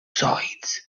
sides